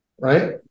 Right